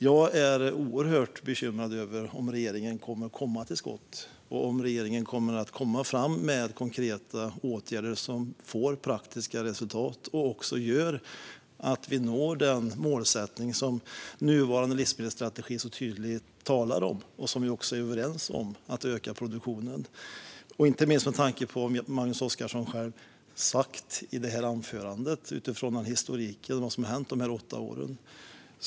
Jag är oerhört bekymrad över om regeringen kommer att komma till skott och över om regeringen kommer att komma med konkreta åtgärder som får praktiska resultat och gör att vi når den målsättning som den nuvarande livsmedelsstrategin så tydligt talar om, och som vi är överens om, nämligen att öka produktionen. Inte minst är jag bekymrad med tanke på vad Magnus Oscarsson själv har sagt i detta anförande och utifrån vad som hänt under de senaste åtta åren.